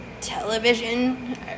television